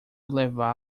levá